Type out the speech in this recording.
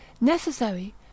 Necessary